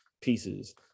pieces